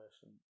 person